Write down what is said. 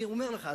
אני אומר לך,